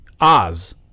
Oz